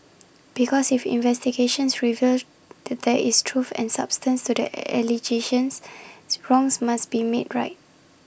because if investigations reveal there is truth and substance to the allegations wrongs must be made right